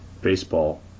baseball